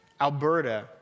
Alberta